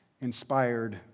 inspired